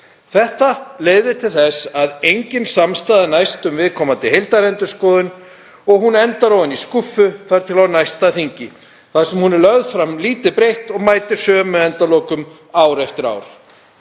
Þetta leiðir til þess að engin samstaða næst um viðkomandi heildarendurskoðun og hún endar ofan í skúffu þar til á næsta þingi, þar sem hún er lögð fram lítið breytt og mætir sömu endalokum ár eftir ár.